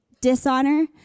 dishonor